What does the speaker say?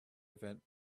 event